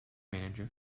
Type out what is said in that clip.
manager